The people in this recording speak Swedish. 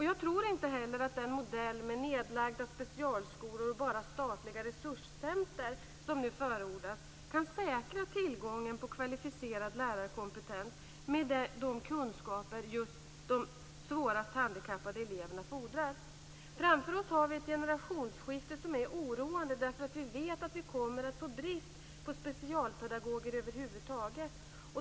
Jag tror inte att den modell med nedlagda specialskolor och bara statliga resurscenter som nu förordas kan säkra tillgången på kvalificerad lärarkompetens med de kunskaper som just de svårast handikappade eleverna fordrar. Framför oss har vi ett generationsskifte som är oroande därför att vi vet att vi kommer att få brist på specialpedagoger över huvud taget.